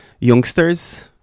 youngsters